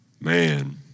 man